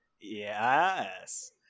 Yes